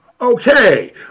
okay